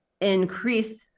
increase